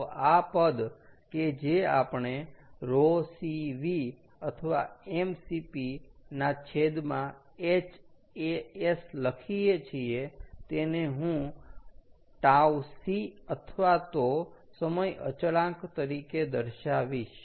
તો આ પદ કે જે આપણે ρ C V અથવા m Cp ના છેદમાં h As લખીએ છીએ તેને હું Tc અથવા તો સમય અચળાંક તરીકે દર્શાવીશ